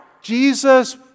Jesus